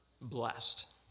blessed